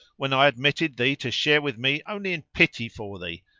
when i admitted thee to share with me only in pity for thee,